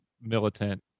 militant